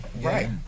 Right